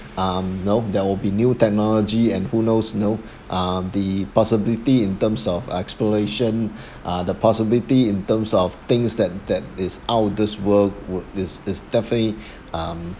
um you know there will be new technology and who knows you know uh the possibility in terms of exploration uh the possibility in terms of things that that is out of this world will this this definitely um